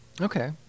Okay